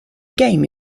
game